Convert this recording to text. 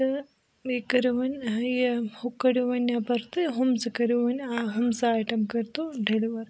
تہٕ بیٚیہِ کٔرِو وۄنۍ یہِ ہُہ کٔڑِو وۄنۍ نٮ۪بَر تہٕ ہُم زٕ کٔرِو وۄنۍ آ ہُم زٕ آیٹَم کٔرۍتو ڈٮ۪لوَر